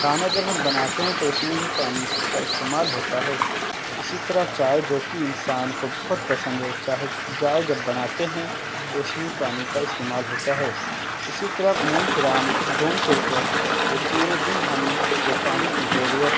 کھانا جب ہم بناتے ہیں تو اس میں بھی پانی کا استعمال ہوتا ہے اسی طرح چائے جو کہ انسان کو بہت پسند ہے چاہے جائے جب بناتے ہیں تو اس میں بھی پانی کا استعمال ہوتا ہے اسی طرح گھوم پھرم گھوم پھر کر کے پورے دن ہم کو پانی کی ضرورت